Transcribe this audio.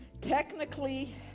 technically